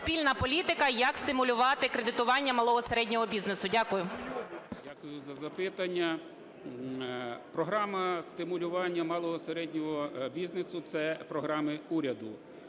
Дякую за запитання. Програма стимулювання малого, середнього бізнесу – це програми уряду.